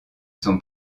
son